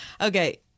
Okay